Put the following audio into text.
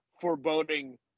foreboding